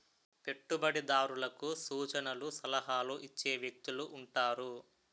పెట్టుబడిదారులకు సూచనలు సలహాలు ఇచ్చే వ్యక్తులు ఉంటారు